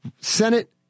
Senate